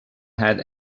had